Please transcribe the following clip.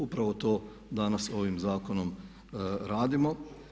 Upravo to danas ovim zakonom radimo.